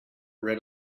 read